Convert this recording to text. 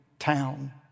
town